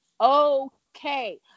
okay